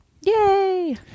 Yay